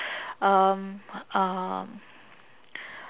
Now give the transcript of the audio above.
um um